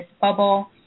bubble